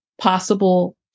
Possible